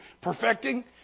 perfecting